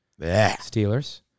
Steelers